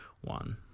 one